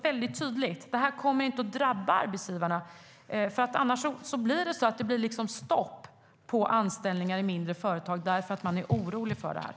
Säg tydligt att arbetsgivarna inte ska drabbas. Annars blir det på grund av oron stopp på anställningar i mindre företag.